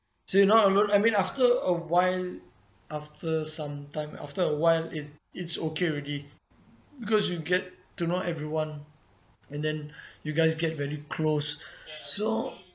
so you not alone I mean after a while after sometime after a while it it's okay already because you get to know everyone and then you guys get very close so